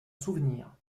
souvenir